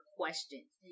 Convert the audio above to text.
questions